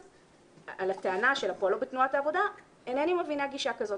על הטענה של "פועלו בתנועת העבודה" "אינני מבינה גישה כזאת.